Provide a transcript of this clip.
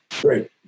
great